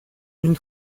une